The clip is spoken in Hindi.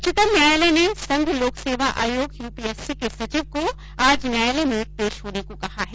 उच्चतम न्यायालय ने संघ लोक सेवा आयोग यूपीएससी के सचिव को आज न्यायालय में पेश होने को कहा है